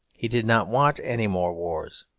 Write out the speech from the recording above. he did not want any more wars.